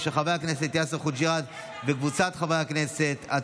של חבר הכנסת יאסר חוג'יראת וקבוצת חברי הכנסת.